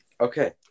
Okay